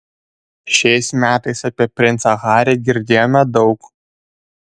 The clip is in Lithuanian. šiais metais apie princą harį girdėjome daug